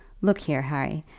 look here, harry,